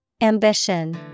Ambition